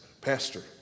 Pastor